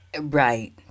Right